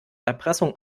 erpressung